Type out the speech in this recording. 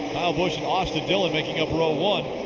busch and austin dillon making up row one.